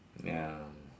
ya